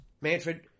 Manfred